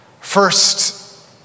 First